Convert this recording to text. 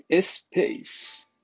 SPACE